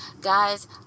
guys